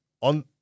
On